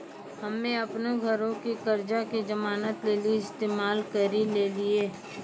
हम्मे अपनो घरो के कर्जा के जमानत लेली इस्तेमाल करि लेलियै